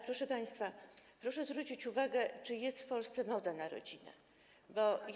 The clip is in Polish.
Proszę państwa, proszę zwrócić uwagę, czy jest w Polsce moda na rodzinę.